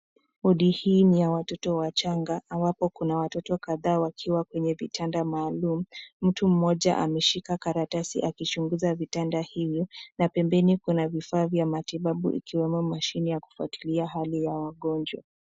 Wodi hii ni ya watoto wachanga ambapo kuna watoto wadogo wakiwa kwenye vitanda maalum. Mtu mmoja ameshika karatasi akichunguza vitanda hivyo, na pembeni kuna vifaa vya matibabu ikiwemo mashine ya kufuatilia hali ya wagonjwa.